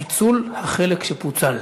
פיצול החלק שפוצל.